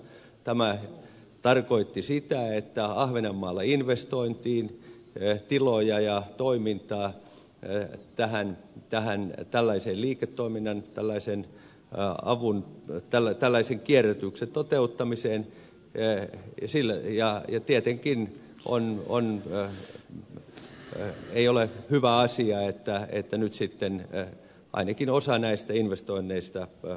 tämä tarkoittaa sitä että ahvenanmaalla investoitiin tiloja ja toimintaa että hän tähän tällaisen liiketoiminnan tällaisen raahautunut tällä tällaisen kierrätyksen toteuttamiseen ja tietenkään ei ole hyvä asia että nyt sitten ainakin osa näistä investoinneista valuu hukkaan